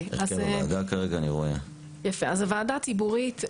הוועדה הציבורית,